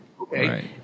Okay